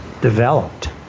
developed